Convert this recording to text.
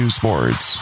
sports